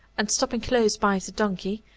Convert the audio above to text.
and, stopping close by the donkey,